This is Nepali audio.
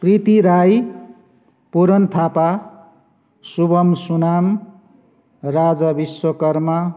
कृति राई पुरन थापा शुभम् सुनाम राजा विश्वकर्मा